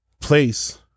place